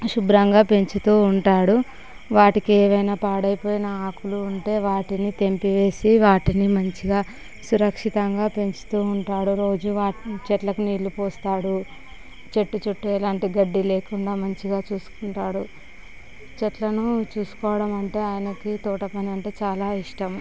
శుభ్రంగా పెంచుతూ ఉంటాడు వాటికి ఏమైనా పాడైపోయిన ఆకులు ఉంటే వాటిని తెంపివేసి వాటిని మంచిగా సురక్షితంగా పెంచుతూ ఉంటాడు రోజూ వాటిని చెట్లకి నీళ్ళు పోస్తాడు చెట్టు చుట్టూరా అంటే గడ్డి లేకుండా మంచిగా చూసుకుంటాడు చెట్లను చూసుకోవడం అంటే ఆయనకి తోటపని అంటే చాలా ఇష్టం